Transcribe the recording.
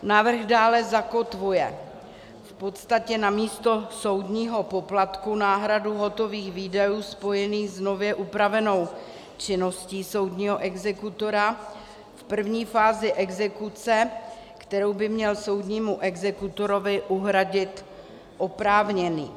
Návrh dále zakotvuje v podstatě namísto soudního poplatku náhradu hotových výdajů spojených s nově upravenou činností soudního exekutora v první fázi exekuce, kterou by měl soudnímu exekutorovi uhradit oprávněný.